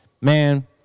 Man